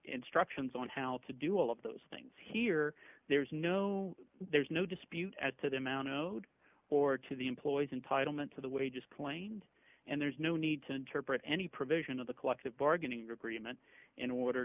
instructions on how to do all of those things here there's no there's no dispute as to the amount owed or to the employees and title meant to the way just plain and there's no need to interpret any provision of the collective bargaining agreement in order